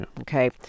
Okay